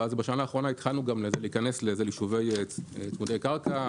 בשנה האחרונה התחלנו גם להיכנס ליישובים צמודי קרקע.